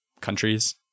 countries